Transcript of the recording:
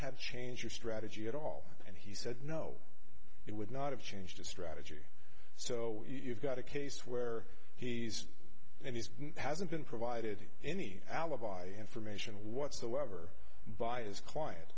have changed your strategy at all and he said no it would not have changed the strategy so you've got a case where he's and he's hasn't been provided any alibi information whatsoever by his client